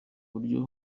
buryo